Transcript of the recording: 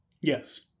Yes